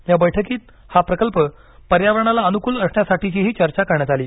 या बैठकीत हा प्रकल्प पर्यावरणाला अनुकूल असण्यासाठीचीही चर्चा करण्यात आली